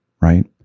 right